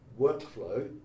workflow